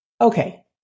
okay